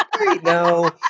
no